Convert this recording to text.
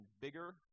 bigger